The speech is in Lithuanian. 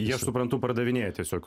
jie aš suprantu pardavinėja tiesiog